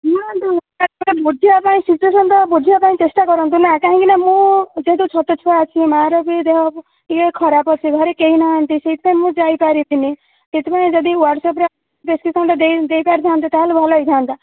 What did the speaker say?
ଶୁଣନ୍ତୁ ବୁଝିବାପାଇଁ ସିଚୁଏସନ ତ ବୁଝିବାପାଇଁ ଚେଷ୍ଟା କରନ୍ତୁ ନା କାହିଁକିନା ମୁଁ ଯେହେତୁ ଛୋଟ ଛୁଆ ଅଛି ମାଆ ର ବି ଦେହ ଇଏ ଖରାପ ଅଛି ଘରେ କେହି ନାହାନ୍ତି ସେଇଥିପାଇଁ ମୁଁ ଯାଇପାରିବିନି ସେଇଥିପାଇଁ ଯଦି ହ୍ୱାଟ୍ସଅପରେ ପ୍ରେସ୍କ୍ରିପ୍ସନ୍ ଦେଇ ଦେଇ ପାରିଥାନ୍ତେ ତାହେଲେ ଭଲ ହେଇଥାନ୍ତା